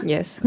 Yes